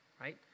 right